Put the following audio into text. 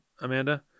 Amanda